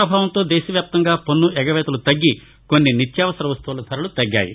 ప్రభావంతో దేశవ్యాప్తంగా పన్ను ఎగవేతలు తగ్గి కొన్ని నిత్యావసర వస్తువుల ధరలు తగ్గాయి